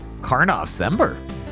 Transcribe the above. Karnov-sember